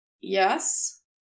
yes